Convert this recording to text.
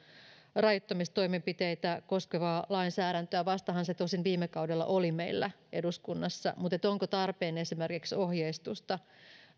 rajoittamistoimenpiteitä koskevaa lainsäädäntöä vastahan se tosin viime kaudella oli meillä eduskunnassa tai onko tarpeen esimerkiksi ohjeistusta